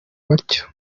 batyo